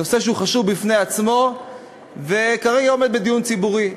נושא שהוא חשוב בפני עצמו וכרגע עומד לדיון ציבורי.